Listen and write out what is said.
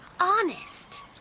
honest